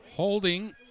holding